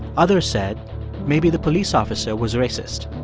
others said maybe the police officer was racist.